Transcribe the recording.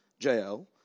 JL